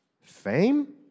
fame